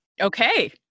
Okay